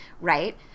Right